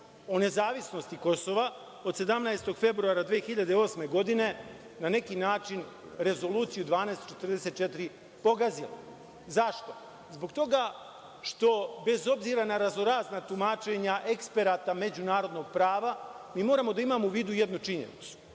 o nezavisnosti Kosova od 17. februara 2008. godine na neki način Rezoluciju 1244 pogazila. Zašto? Zbog toga što, bez obzira na razno-razna tumačenja eksperata međunarodnog prava, mi moramo da imamo u vidu jednu činjenicu,